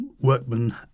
workmen